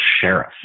sheriff